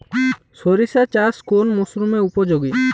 সরিষা চাষ কোন মরশুমে উপযোগী?